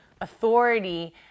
authority